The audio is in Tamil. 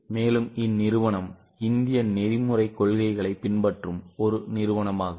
மேலும் இந்நிறுவனம் இந்திய நெறிமுறை கொள்கைகளை பின்பற்றும் ஒரு நிறுவனமாகும்